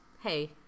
hey